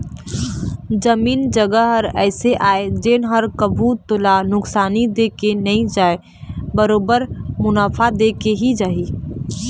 जमीन जघा ह अइसे आय जेन ह कभू तोला नुकसानी दे के नई जावय बरोबर मुनाफा देके ही जाथे